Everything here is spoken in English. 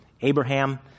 Abraham